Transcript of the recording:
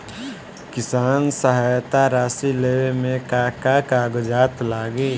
किसान सहायता राशि लेवे में का का कागजात लागी?